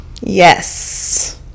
yes